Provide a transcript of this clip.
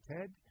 Ted